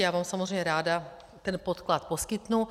Já vám samozřejmě ráda ten podklad poskytnu.